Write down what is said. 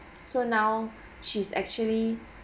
so now she's actually